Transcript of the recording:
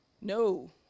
no